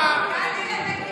אני אשתוק.